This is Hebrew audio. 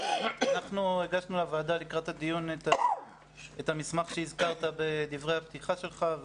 אנחנו הגשנו לוועדה לקראת הדיון את המסמך שהזכרת בדברי הפתיחה שלך.